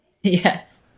Yes